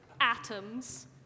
atoms